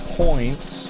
points